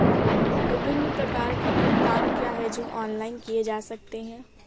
विभिन्न प्रकार के भुगतान क्या हैं जो ऑनलाइन किए जा सकते हैं?